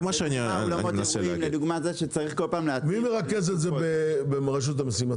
אולמות אירועים- -- מי מרכז את זה ברשות המיסים?